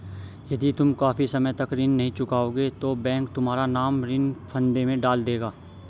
यदि तुम काफी समय तक ऋण नहीं चुकाओगे तो बैंक तुम्हारा नाम ऋण फंदे में डाल देगा